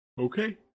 Okay